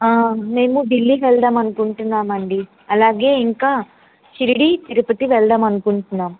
మేము ఢిల్లీకి వెళ్దామనుకుంటున్నామండి అలాగే ఇంకా షిరిడి తిరుపతి వెళ్దామనుకుంటున్నాం